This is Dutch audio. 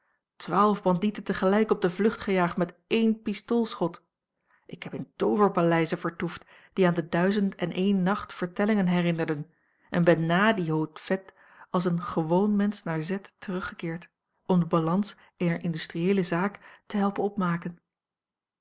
bandieten tegelijk op de vlucht gejaagd met één pistoolschot ik heb in tooverpaleizen vertoefd die aan de duizend en een nacht vertellingen herinnerden en ben nà die haut faits als een gewoon mensch naar z teruggekeerd om de balans eener industrieele zaak te helpen opmaken